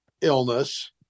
illness